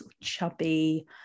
chubby